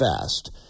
fast